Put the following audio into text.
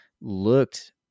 looked